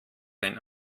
ein